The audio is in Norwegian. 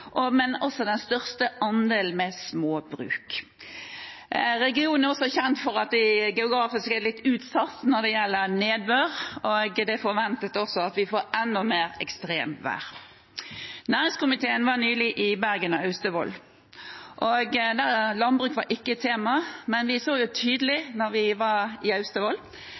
også den største andelen småbruk. Regionen er også kjent for at man geografisk er litt utsatt når det gjelder nedbør, og det er forventet at vi får enda mer ekstremvær. Næringskomiteen var nylig i Bergen og Austevoll. Landbruk var ikke temaet, men vi så tydelig da vi var i